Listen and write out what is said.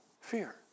fear